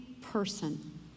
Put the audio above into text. person